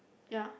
ya